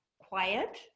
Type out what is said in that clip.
quiet